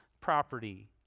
property